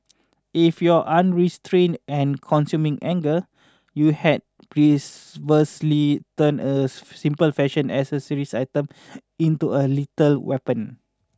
if your unrestrained and consuming anger you had perversely turned a simple fashion accessory item into a lethal weapon